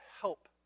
help